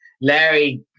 Larry